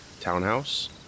townhouse